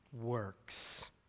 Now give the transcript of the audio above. works